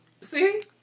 See